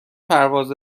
پرواز